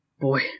Boy